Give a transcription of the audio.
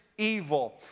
evil